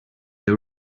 they